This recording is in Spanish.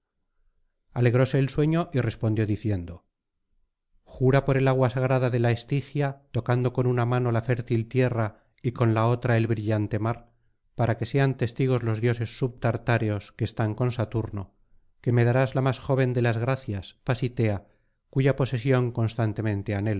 alegróse el sueño y respondió diciendo jura por el agua sagrada de la estigia tocando con una mano la fértil tierra y con la otra el brillante mar para que sean testigos los dioses subtartáreos que están con saturno que me darás la más joven de las gracias pasitea cuya posesión constantemente